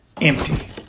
empty